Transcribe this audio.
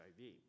HIV